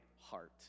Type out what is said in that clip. heart